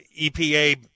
EPA